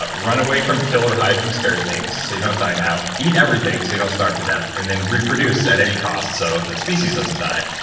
ah run away from killer, hide from scary things so you don't die now, eat everything so you don't starve to death, and then reproduce at any cost so the species doesn't die.